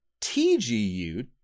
tgu